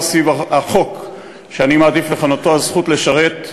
סביב החוק שאני מעדיף לכנותו "הזכות לשרת",